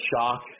shock